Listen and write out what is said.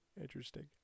Interesting